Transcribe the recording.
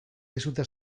dizute